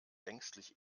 ängstlich